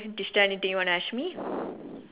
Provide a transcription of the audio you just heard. is there anything you want to ask me